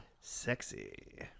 Sexy